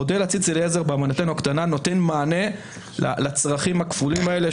מודל הציץ אליעזר בהבנתנו הקטנה נותן מענה לצרכים הכפולים האלה,